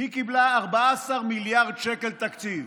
היא קיבלה 14 מיליארד שקל תקציב.